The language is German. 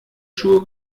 schuhe